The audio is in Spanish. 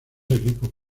equipos